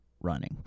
running